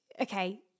okay